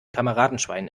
kameradenschwein